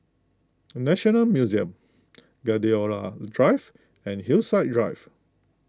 National Museum Gladiola Drive and Hillside Drive